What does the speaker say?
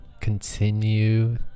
continue